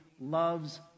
loves